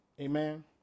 Amen